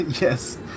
Yes